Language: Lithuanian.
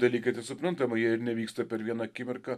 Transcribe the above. dalykai tai suprantama jie ir nevyksta per vieną akimirką